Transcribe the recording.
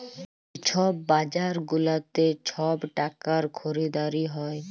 যে ছব বাজার গুলাতে ছব টাকার খরিদারি হ্যয়